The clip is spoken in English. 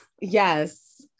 yes